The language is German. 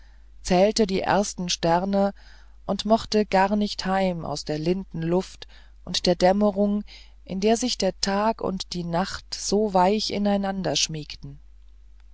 zählte die ersten sterne und mochte gar nicht heim aus der linden luft und der dämmerung in der sich der tag und die nacht so weich